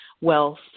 wealth